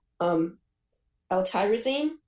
L-tyrosine